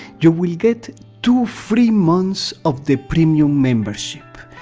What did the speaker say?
you will get two free months of the premium membership.